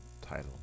title